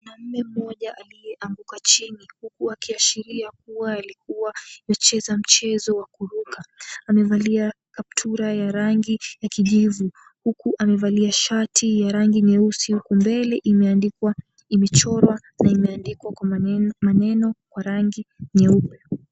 Mwanaume mmoja aliyeanguka chini huku akiashiria kuwa alikuwa anacheza mchezo wakuruka. Amevalia kaptura ya rangi ya kijivu huku amevalia shati ya rangi nyeusi mbele imeandikwa, imechorwa na imeandikwa kwa maneno kwa rangi nyeupe.